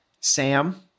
Sam